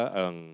ang